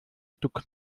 stück